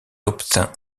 obtint